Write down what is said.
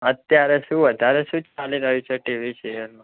અત્યારે શું વધારે શું ચાલી રહ્યું છે ટીવી સિરિયલમાં